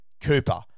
Cooper